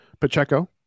Pacheco